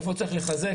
איפה צריך לחזק,